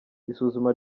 isuzuma